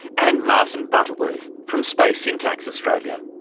and martin butterworth from space syntax australia.